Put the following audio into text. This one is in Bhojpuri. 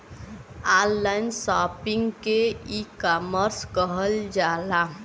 ऑनलाइन शॉपिंग के ईकामर्स कहल जाला